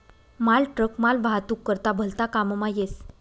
मालट्रक मालवाहतूक करता भलता काममा येस